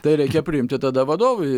tai reikia priimti tada vadovui